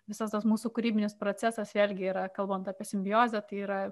visas tas mūsų kūrybinis procesas vėlgi yra kalbant apie simbiozę tai yra